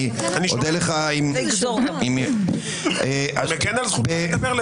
אני אודה לך --- אני מגן על זכותך לדבר,